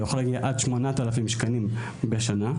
יכול להגיע עד 8,000 שקלים בשנה.